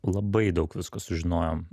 labai daug visko sužinojom